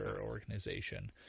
organization